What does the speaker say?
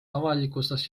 avalikustas